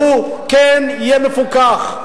שהוא אכן יהיה מפוקח.